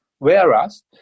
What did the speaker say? whereas